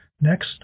Next